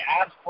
ask